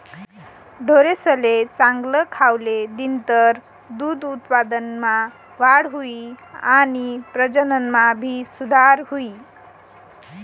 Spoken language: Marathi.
ढोरेसले चांगल खावले दिनतर दूध उत्पादनमा वाढ हुई आणि प्रजनन मा भी सुधार हुई